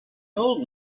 old